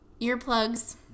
earplugs